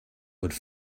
would